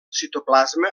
citoplasma